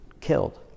killed